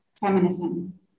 feminism